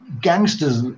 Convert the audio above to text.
gangsters